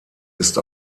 ist